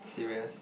serious